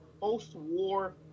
post-war